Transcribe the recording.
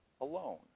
alone